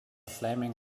flaming